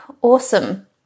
awesome